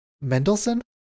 Mendelssohn